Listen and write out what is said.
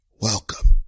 Welcome